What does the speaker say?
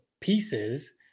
pieces